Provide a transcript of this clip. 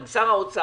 עם שר האוצר,